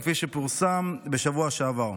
כפי שפורסם בשבוע שעבר.